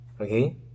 okay